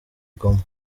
goma